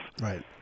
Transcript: Right